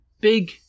big